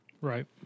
Right